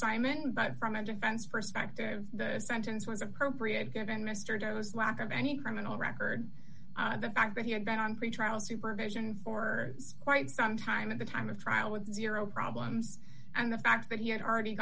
simon but from a defense perspective the sentence was appropriate given mr doe's lack of any criminal record the fact that he had been on pretrial supervision for quite some time at the time of trial with zero problems and the fact that he had already